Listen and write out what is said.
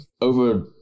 over